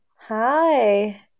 Hi